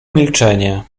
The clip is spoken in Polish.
milczenie